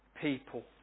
people